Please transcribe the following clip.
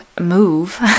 move